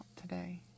today